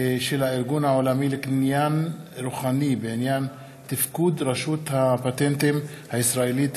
של הארגון העולמי לקניין רוחני בעניין תפקוד רשות הפטנטים הישראלית